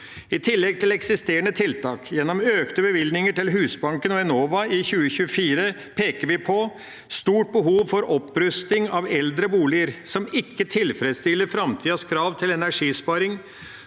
I tillegg til eksisterende tiltak, gjennom økte bevilgninger til Husbanken og Enova i 2024, peker vi på et stort behov for opprusting av eldre boliger som ikke tilfredsstiller framtidas krav til energisparing,